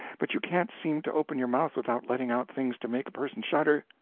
but you can't seem to open your mouth without letting out things to make a person shudder.